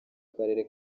karere